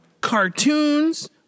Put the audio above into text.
cartoons